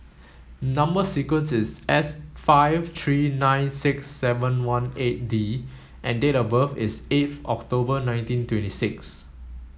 number sequence is S five three nine six seven one eight D and date of birth is eight October nineteen twenty six